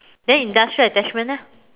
then industrial attachments leh